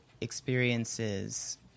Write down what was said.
experiences